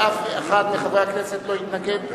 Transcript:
ואף אחד מחברי הכנסת לא יתנגד,